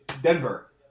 Denver